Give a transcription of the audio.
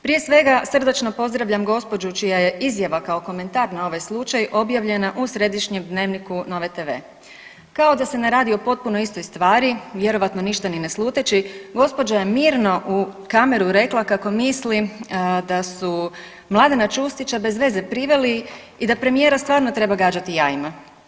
Prije svega srdačno pozdravljam gospođu čija je izjava kao komentar na ovaj slučaj objavljena u središnjem Dnevniku Nove tv kao da se ne radi o potpuno istoj stvari, vjerojatno ništa ni ne sluteći gospođa je mirno u kameru rekla kako misli da su Mladena Čustića bez veze priveli i da premijera stvarno treba gađati jajima.